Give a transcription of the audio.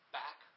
back